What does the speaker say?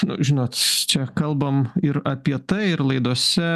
nu žinot čia kalbam ir apie tai ir laidose